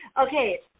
Okay